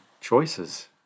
choices